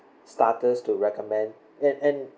starters to recommend and and